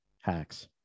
hacks